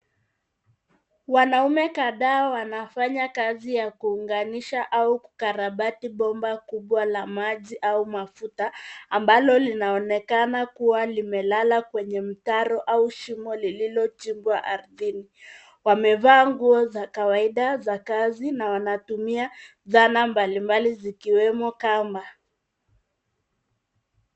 Wanaume kadhaa wanafanya kazi ya kuunganisha au kukarabati bomba kubwa la maji au mafuta ambalo linaonekana kuwa limelala kwenye mtaro au shimo lililochimbwa ardhini. Wamevaa nguo za kawaida za kazi na wanatumia zana mbalimbali zikiwemo kamba.